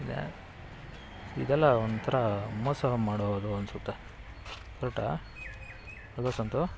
ಇದು ಇದೆಲ್ಲ ಒಂಥರ ಮೋಸ ಮಾಡೋದು ಅನ್ನಿಸುತ್ತೆ ಕರೆಕ್ಟಾ ಅಲ್ವಾ ಸಂತು